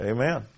Amen